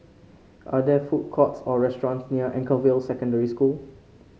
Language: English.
are there food courts or restaurants near Anchorvale Secondary School